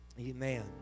Amen